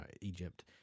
Egypt